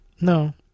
No